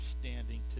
understanding